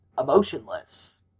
emotionless